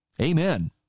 Amen